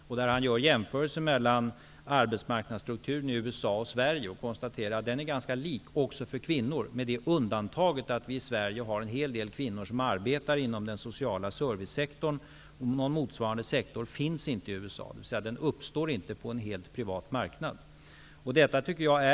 Bengt Furåker gör jämförelser mellan arbetsmarknadsstrukturen i USA och Sverige och konstaterar att den är ganska likartad även för kvinnor, med det undantaget att vi i Sverige har en hel del kvinnor som arbetar inom den sociala servicesektorn. Någon motsvarande sektor finns inte i USA, dvs. den uppstår inte på en helt privat marknad.